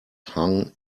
hung